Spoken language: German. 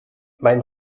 mein